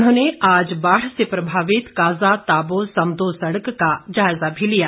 उन्होंने आज बाढ़ से प्रभावित काजा ताबो समदो सड़क का जायजा भी लिया